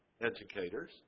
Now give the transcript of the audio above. educators